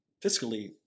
fiscally